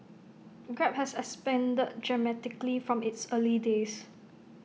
grab has expanded dramatically from its early days